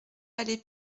allée